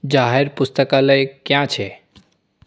જાહેર પુસ્તકાલય ક્યાં છે